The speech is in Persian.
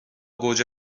گوجه